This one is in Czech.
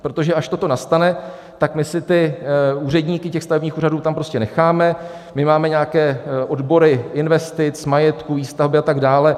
Protože až toto nastane, tak my si ty úředníky stavebních úřadů prostě necháme, my máme nějaké odbory investic, majetku, výstavby a tak dále.